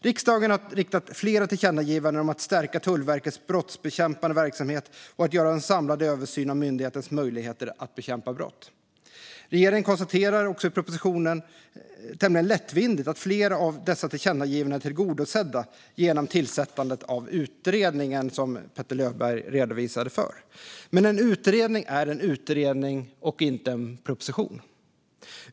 Riksdagen har föreslagit flera tillkännagivanden om att stärka Tullverkets brottsbekämpande verksamhet och att göra en samlad översyn av myndighetens möjligheter att bekämpa brott. Regeringen konstaterar i propositionen tämligen lättvindigt att flera av dessa tillkännagivanden är tillgodosedda genom tillsättandet av den utredning som Petter Löberg redogjorde för. Men en utredning är en utredning och inte en proposition.